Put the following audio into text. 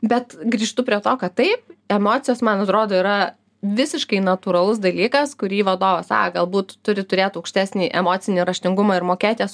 bet grįžtu prie to kad taip emocijos man atrodo yra visiškai natūralus dalykas kurį vadovas galbūt turi turėt aukštesnį emocinį raštingumą ir mokėt jas